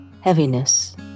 heaviness